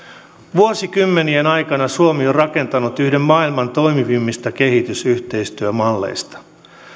vuosikymmenien aikana suomi on rakentanut yhden maailman toimivimmista kehitysyhteistyömalleista